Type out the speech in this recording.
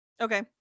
Okay